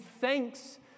thanks